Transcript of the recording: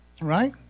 Right